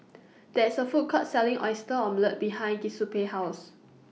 There IS A Food Court Selling Oyster Omelette behind Giuseppe's House